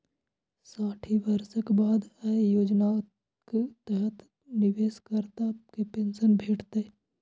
साठि वर्षक बाद अय योजनाक तहत निवेशकर्ता कें पेंशन भेटतै